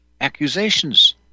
accusations